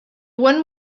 one